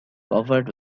covered